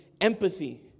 empathy